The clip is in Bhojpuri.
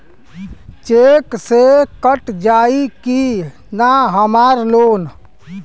चेक से कट जाई की ना हमार लोन?